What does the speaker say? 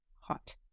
hot